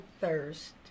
thirst